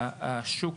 השוק